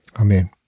amen